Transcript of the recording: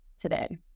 today